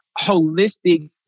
holistic